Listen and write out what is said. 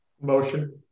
motion